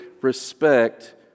respect